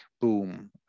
boom